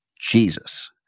Jesus